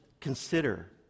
consider